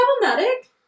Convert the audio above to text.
problematic